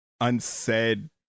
unsaid